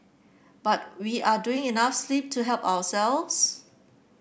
but we are doing enough sleep to help ourselves